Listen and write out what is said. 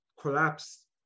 collapsed